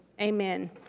Amen